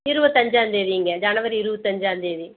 இருபத்தஞ்சாம் தேதிங்க ஜனவரி இருபத்தஞ்சாம்தேதி